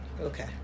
Okay